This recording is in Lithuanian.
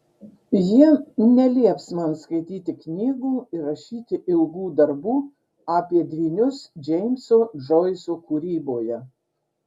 jie nelieps man skaityti knygų ir rašyti ilgų darbų apie dvynius džeimso džoiso kūryboje